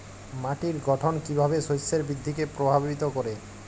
মাটির গঠন কীভাবে শস্যের বৃদ্ধিকে প্রভাবিত করে?